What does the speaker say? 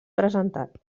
presentat